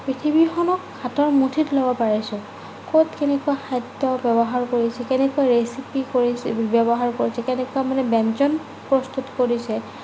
পৃথিৱীখনক হাতৰ মুঠিত ল'ব পাৰিছোঁ ক'ত কেনেকুৱা খাদ্য ব্যৱহাৰ কৰিছে কেনেকৈ ৰেচিপি কৰিছে ব্যৱহাৰ কৰিছে কেনেকুৱা মানে ব্যঞ্জন প্ৰস্তুত কৰিছে